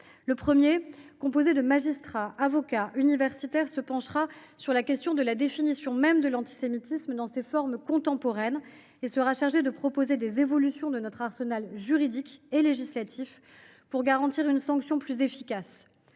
Le premier, composé de magistrats, d’avocats et d’universitaires, se penchera sur la question de la définition de l’antisémitisme dans ses formes contemporaines et sera chargé de proposer des évolutions de notre arsenal juridique et législatif pour garantir une sanction plus efficace